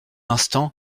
instant